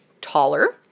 taller